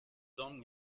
dom